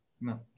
No